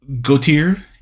Gautier